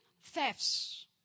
thefts